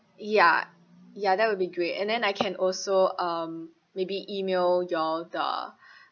ya ya that will be great and then I can also um maybe E-mail y'all the